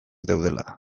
daudela